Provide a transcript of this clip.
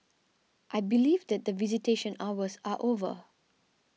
I believe that the visitation hours are over